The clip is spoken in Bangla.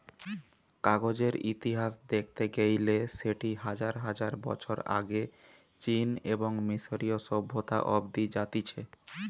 কাগজের ইতিহাস দেখতে গেইলে সেটি হাজার হাজার বছর আগে চীন এবং মিশরীয় সভ্যতা অব্দি জাতিছে